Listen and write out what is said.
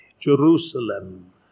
Jerusalem